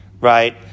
right